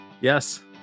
Yes